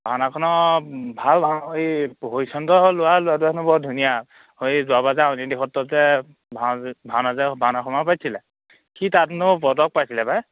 ভাওনাখনত ভাল হৰিচন্দ্ৰ লোৱা ল'ৰাটো হেনো বৰ ধুনীয়া অঁ এই যোৱাবাৰ যে আউনীআটী সত্ৰত যে ভাও ভাওনা ভাওনা সমাৰোহ পাতিছিলে সি তাত হেনো পদক পাইছিলে পাই